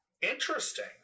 Interesting